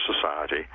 society